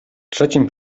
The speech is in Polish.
trzecim